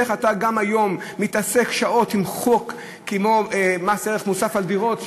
איך אתה גם היום מתעסק שעות עם חוק מס ערך מוסף על דירות,